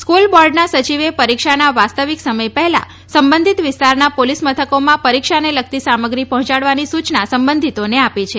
સ્ક્રલ બોર્ડના સચિવે પરીક્ષાના વાસ્તવિક સમય પહેલા સંબંધીત વિસ્તારના પોલીસ મથકોમાં પરીક્ષાને લગતી સામગ્રી પહોંચાડવાનું સુચના સંબંધિતોને આપી છે